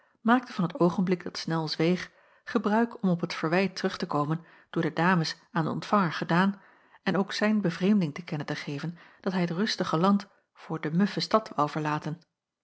maakte van het oogenblik dat snel zweeg gebruik om op het verwijt terug te komen door de dames aan den ontvanger gedaan en ook zijn bevreemding te kennen te geven dat hij het rustige land voor de muffe stad woû verlaten